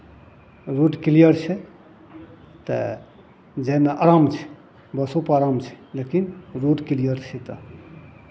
road clear छै तऽ जायमे आराम छै बसोपर आराम छै लेकिन रोड किलयर छै तऽ